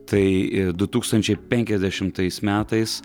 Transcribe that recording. tai du tūkstančiai penkiasdešimtais metais